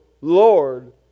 Lord